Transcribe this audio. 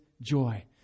joy